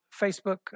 Facebook